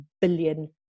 billion